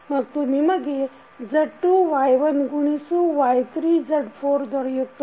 ಮತ್ತು ನಿಮಗೆ Z2 Y1 ಗುಣಿಸು Y3 Z4 ದೊರೆಯುತ್ತದೆ